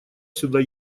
сюда